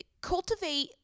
cultivate